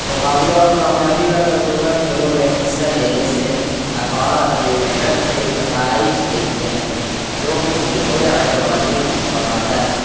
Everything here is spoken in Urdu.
مقابلے اور کامیابی کا تجربہ کھیلوں میں حصہ لینے سے افراد اپنی محنت کے نتائج دیکھتے ہیں جو ان کی خود اعتمادی بڑھاتا ہے